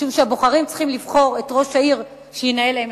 משום שהבוחרים צריכים לבחור את ראש העיר שינהל להם